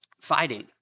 fighting